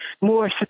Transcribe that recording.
more